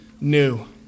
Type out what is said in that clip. new